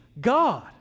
God